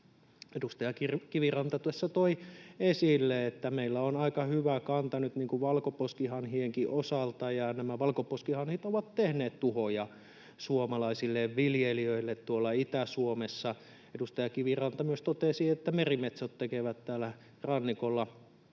Edustaja Kiviranta tässä toi esille, että meillä on aika hyvä kanta nyt valkoposkihanhienkin osalta, ja nämä valkoposkihanhet ovat tehneet tuhoja suomalaisille viljelijöille tuolla Itä-Suomessa. Edustaja Kiviranta myös totesi, että merimetsot tekevät täällä rannikolla